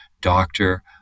doctor